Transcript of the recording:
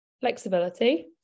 flexibility